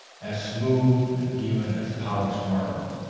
as smooth and even as polished marble,